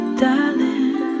darling